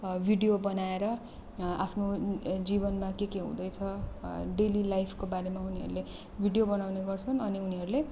video बनाएर आफ्नो जीवनमा के के हुँदैछ डेली लाइफको बारेमा उनीहरूले भिडियो बनाउने गर्छन् अनि उनीहरूले